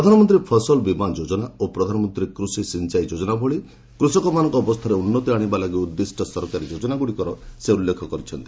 ପ୍ରଧାନମନ୍ତ୍ରୀ ଫସଲ ବୀମା ଯୋଜନା ଓ ପ୍ରଧାନମନ୍ତ୍ରୀ କୃଷି ସିଞ୍ଚାଇ ଯୋଜନା ଭଳି କୃଷକମାନଙ୍କ ଅବସ୍ଥାରେ ଉନ୍ନତି ଆଶିବା ଲାଗି ଉଦ୍ଦିଷ୍ଟ ସରକାରୀ ଯୋଜନାଗୁଡ଼ିକର ସେ ଉଲ୍ଲେଖ କରିଛନ୍ତି